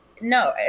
No